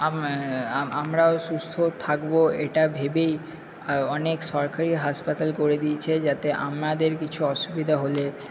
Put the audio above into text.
আমরাও সুস্থ থাকবো এটা ভেবেই অনেক সরকারি হাসপাতাল করে দিয়েছে যাতে আমাদের কিছু অসুবিধা হলে